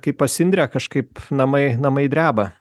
kaip pas indrę kažkaip namai namai dreba